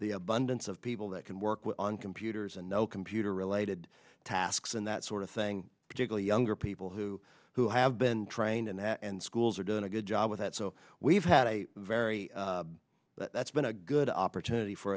the abundance of people that can work on computers and no computer added tasks and that sort of thing particularly younger people who who have been trained in that and schools are doing a good job with that so we've had a very that's been a good opportunity for